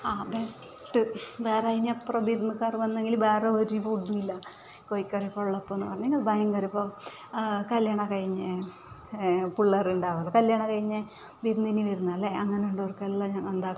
ആ ബെസ്റ്റ് വേറെ അതിനപ്പുറം വിരുന്നുകാര് വന്നെങ്കില് വേറൊരു ഫുഡും ഇല്ല കോഴിക്കറി ഉള്ള ഉള്ളപ്പോന്ന് പറഞ്ഞെങ്കില് ഭയങ്കരം അപ്പോൾ കല്യാണമൊക്കെ കഴിഞ്ഞ് പിള്ളേരുണ്ടാവുക കല്യാണം കഴിഞ്ഞ് വിരുന്നിന് വരുന്നില്ലേ അങ്ങനെ ഉള്ളവർക്കെല്ലാം എന്താക്കും